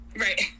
Right